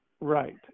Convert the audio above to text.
Right